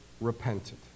repented